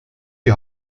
die